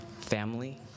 family